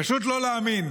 פשוט לא להאמין.